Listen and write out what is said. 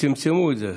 צמצמו את זה.